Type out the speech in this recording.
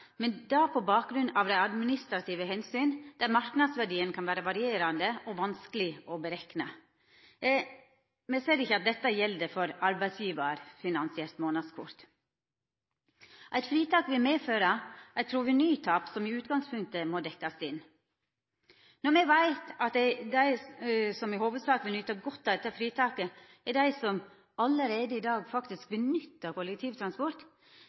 men da på bakgrunn av administrative omsyn der marknadsverdien kan vera varierande og vanskeleg å berekna. Me ser ikkje at dette gjeld for arbeidsgjevarfinansiert månadskort. Eit fritak vil medføra eit provenytap som i utgangspunktet må dekkjast inn. Når me veit at dei som i hovudsak vil nyta godt av dette fritaket, er dei som allereie i dag faktisk nyttar kollektivtransport,